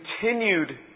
continued